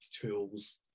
tools